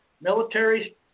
military